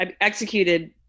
executed